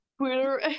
Twitter